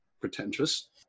pretentious